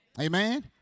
Amen